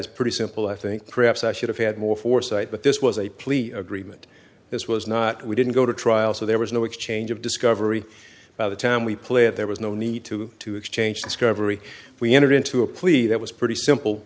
is pretty simple i think perhaps i should have had more foresight but this was a plea agreement this was not we didn't go to trial so there was no exchange of discovery by the time we play it there was no need to to exchange discovery we entered into a plead that was pretty simple